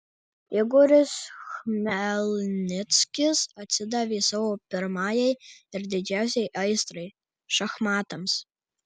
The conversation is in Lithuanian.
igoris chmelnickis atsidavė savo pirmajai ir didžiausiai aistrai šachmatams